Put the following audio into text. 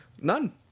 none